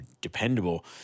dependable